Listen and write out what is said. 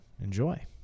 Enjoy